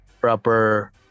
proper